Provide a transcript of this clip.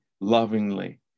lovingly